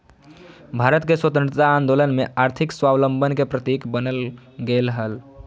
भारत के स्वतंत्रता आंदोलन में आर्थिक स्वाबलंबन के प्रतीक बन गेलय हल